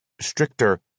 stricter